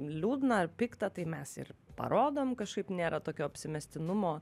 liūdna ar pikta tai mes ir parodom kažkaip nėra tokio apsimestinumo